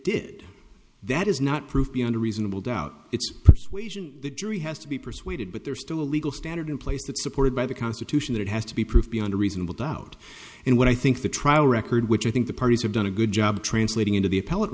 did that is not proof beyond a reasonable doubt it's persuasion the jury has to be persuaded but there's still a legal standard in place that supported by the constitution that has to be proof beyond a reasonable doubt and what i think the trial record which i think the parties have done a good job translating into the